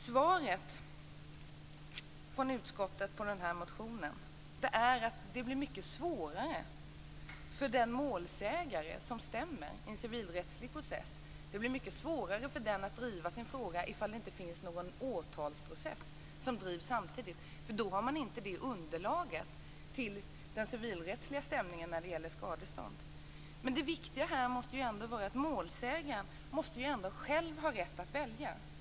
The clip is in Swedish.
Svaret från utskottet på den här motionen är att det blir mycket svårare för den målsägare som stämmer i en civilrättslig process att driva sin fråga om det inte finns någon åtalsprocess som drivs samtidigt. Då har man ju inte det här underlaget till den civilrättsliga stämningen när det gäller skadestånd. Men det viktiga här är ju ändå att målsägaren själv måste ha rätt att välja.